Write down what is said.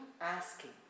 asking